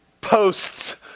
posts